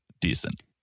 decent